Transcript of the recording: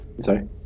sorry